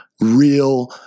real